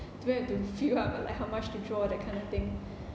don't have to figure out like like how much to draw that kind of thing